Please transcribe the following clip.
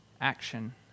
action